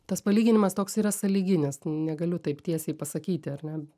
tas palyginimas toks yra sąlyginis negaliu taip tiesiai pasakyti ar ne